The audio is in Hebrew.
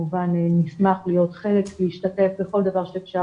נשמח להיות חלק ולהשתתף בכל דבר שאפשר,